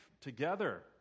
together